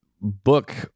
book